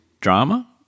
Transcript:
drama